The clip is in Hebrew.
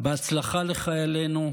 הצלחה לחיילנו,